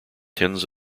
tens